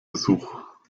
besuch